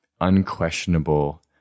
unquestionable